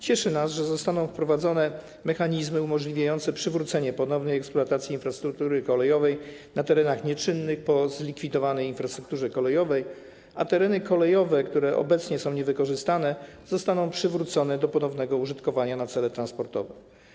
Cieszy nas, że zostaną wprowadzone mechanizmy umożliwiające przywrócenie ponownej eksploatacji infrastruktury kolejowej na terenach nieczynnych po zlikwidowanej infrastrukturze kolejowej, a tereny kolejowe, które obecnie są niewykorzystane zostaną przywrócone do ponownego użytkowania na cele transportowe.